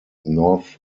north